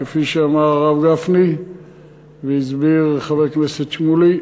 כפי שאמר הרב גפני והסביר חבר הכנסת שמולי,